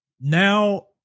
now